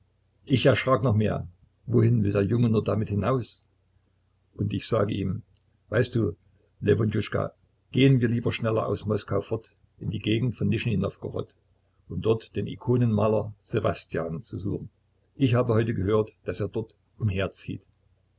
ich erschrak noch mehr wohin will der junge nur damit hinaus und ich sage ihm weißt du lewontjuschka gehen wir lieber schneller aus moskau fort in die gegend von nischnij nowgorod um dort den ikonenmaler ssewastjan zu suchen ich habe heute gehört daß er dort